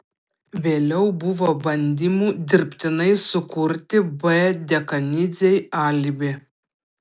vėliau buvo bandymų dirbtinai sukurti b dekanidzei alibi